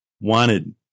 Wanted